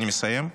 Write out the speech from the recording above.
אני מסיים.